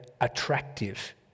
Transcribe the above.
attractive